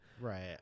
Right